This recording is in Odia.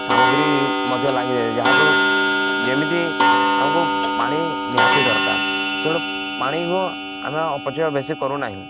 ସାମଗ୍ରୀ ମଧ୍ୟ ଲାଗିଦଏ ଯାହାକୁ ଯେମିତି ଆମକୁ ପାଣି ନିହାତି ଦରକାର ତେଣୁ ପାଣିକୁ ଆମେ ଅପଚୟ ବେଶୀ କରୁନାହିଁ